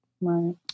Right